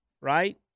right